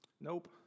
Nope